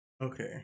Okay